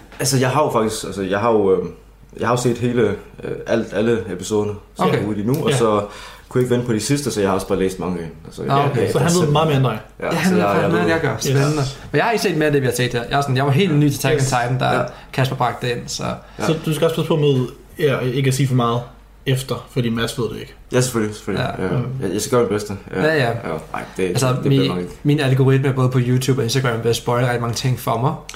Altså, jeg har jo faktisk- altså, jeg har jo, øhm, jeg har jo set hele, øh, alt- alle episoderne, som Okay. er ude lige nu, og Ja. så kunne jeg ikke vente på de sidste, så jeg har også bare læst mangaen. Altså, Ah, jeg- okay. jeg- Så jeg han ved selv- meget mere end dig. Ja, Ja, så han ved jeg- faktisk jeg ved meget, det. jeg gør. Spændende. Yes. Men jeg har ikke set mere af det, vi har set her. Jeg er sådan- jeg var helt ny til Attack Yes. on Titan, da Ja. Kasper bragte det ind, så- Ja. Så du skal også passe på med, ja, ikke at sige for meget efter, fordi Mads ved det ikke. Ja, selvfølgelig, selvfølgelig. Ja. Ja. Mm. Jeg- jeg skal gøre det bedste. Ja. Ja, ja. Ja. Ej, det- Altså, det- det bliver min- nok ikke. min algoritme er, både på YouTube og Instagram, ved at spoilere rigtig mange ting for mig.